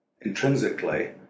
intrinsically